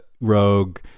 rogue